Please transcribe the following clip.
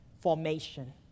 formation